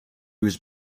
was